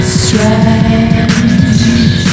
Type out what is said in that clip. strange